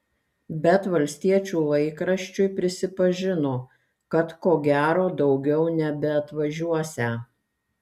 bet valstiečių laikraščiui prisipažino kad ko gero daugiau nebeatvažiuosią